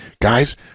guys